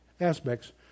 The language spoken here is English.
aspects